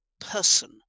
person